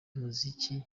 muziki